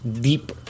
deep